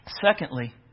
Secondly